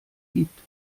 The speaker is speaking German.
gibt